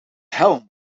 helm